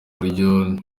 buryo